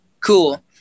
cool